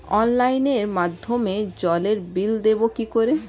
অফলাইনে মাধ্যমেই জলের বিল দেবো কি করে?